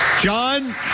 John